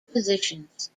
positions